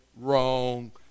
wrong